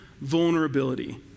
vulnerability